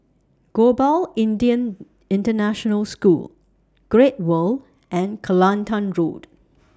Global Indian International School Great World and Kelantan Road